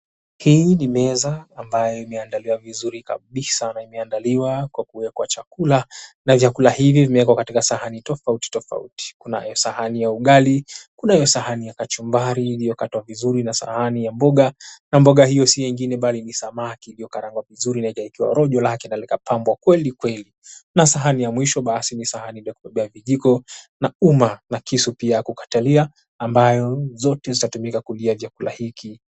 Hii ni meza ambayo imeandaliwa vizuri kabisa na imeandaliwa kwa kuwekwa chakula na vyakula hivi vimewekwa katika sahani tofauti tofauti kuna sahani ya ugali kunayo sahani ya kachumbari iliyokatwa vizuri na sahani ya mboga na mboga hio si nyingine bali ni samaki iliyokarangwa vizuri na ikawekewa rojo lake na likapambwa kwelikweli, na sahani ya mwisho basi ni sahani yakubebea vijiko na uma na kisu pia ya kukatalia ambayo zote zitatumika kulia chakula hiki.